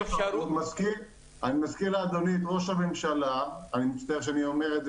אני מזכיר לאדוני את ראש הממשלה אני מצטער שאני אומר את זה